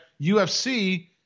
UFC